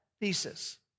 thesis